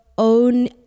own